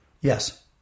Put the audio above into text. Yes